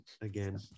again